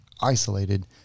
isolated